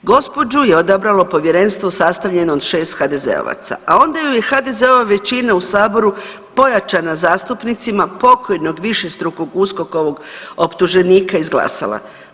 Gospođu je odabralo povjerenstvo sastavljeno od 6 HDZ-ovaca, a onda ju je HDZ-ova većina u saboru pojačana zastupnicima pokojnog višestrukog uskokovog optuženika izglasala.